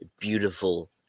beautiful